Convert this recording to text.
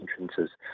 entrances